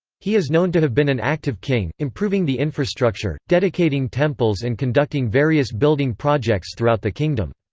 he is known to have been an active king, improving the infrastructure, dedicating temples and conducting various building projects throughout the kingdom.